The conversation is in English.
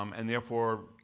um and therefore,